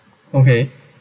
okay